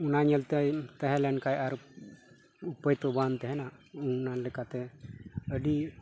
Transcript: ᱚᱱᱟ ᱧᱮᱞᱛᱧᱮ ᱛᱟᱦᱮᱸ ᱞᱮᱱ ᱠᱷᱟᱱ ᱟᱨ ᱩᱯᱟᱹᱭ ᱛᱚ ᱵᱟᱝ ᱛᱟᱦᱮᱸᱱᱟ ᱚᱱᱟ ᱞᱮᱠᱟᱛᱮ ᱟᱹᱰᱤ